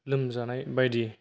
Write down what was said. लोमजानाय बायदि